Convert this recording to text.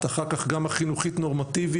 אחר כך גם החינוכית נורמטיבית,